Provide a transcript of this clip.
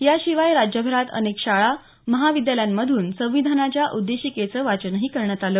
याशिवाय राज्यभरात अनेक शाळा महाविद्यालयांमधून संविधानाच्या उद्देशिकेचं वाचनही करण्यात आलं